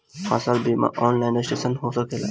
फसल बिमा online registration हो सकेला?